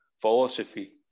Philosophy